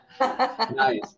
Nice